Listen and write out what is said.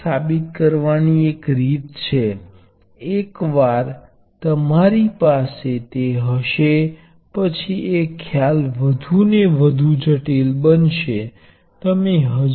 હવે અહીં આપણે આદર્શ વોલ્ટેજ સ્ત્રોત વિશે વાત કરીશું